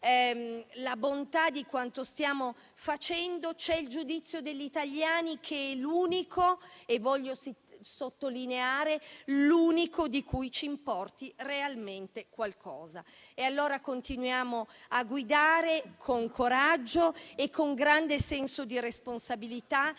la bontà di quanto stiamo facendo c'è il giudizio degli italiani che è l'unico - lo voglio sottolineare - di cui ci importi realmente qualcosa. Continuiamo allora a guidare con coraggio e con grande senso di responsabilità